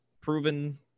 proven